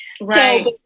right